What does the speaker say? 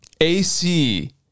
AC